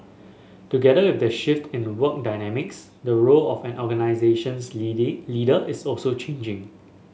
together with the shift in work dynamics the role of an organisation's leader is also changing